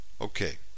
Okay